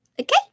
Okay